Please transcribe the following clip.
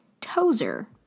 Tozer